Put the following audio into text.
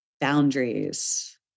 boundaries